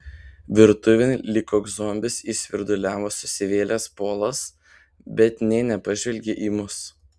virtuvėn lyg koks zombis įsvirduliavo susivėlęs polas bet nė nepažvelgė į mus